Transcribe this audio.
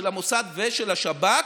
של המוסד ושל השב"כ,